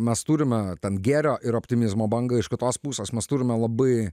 mes turime ten gėrio ir optimizmo bangą iš kitos pusės mes turime labai